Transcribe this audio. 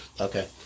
Okay